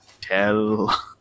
tell